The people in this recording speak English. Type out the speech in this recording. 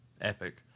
epic